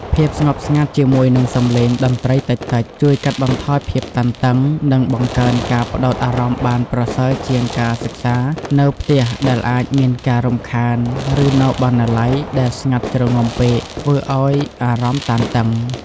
ភាពស្ងប់ស្ងាត់ជាមួយនឹងសំឡេងតន្ត្រីតិចៗ ជួយកាត់បន្ថយភាពតានតឹង និងបង្កើនការផ្ដោតអារម្មណ៍បានប្រសើរជាងការសិក្សានៅផ្ទះដែលអាចមានការរំខាន ឬនៅបណ្ណាល័យដែលស្ងាត់ជ្រងំពេកធ្វើឱ្យអារម្មណ៍តានតឹង។